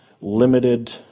limited